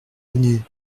avenue